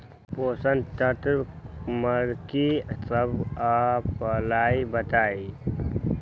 पोषक तत्व म की सब आबलई बताई?